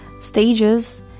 stages